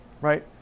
right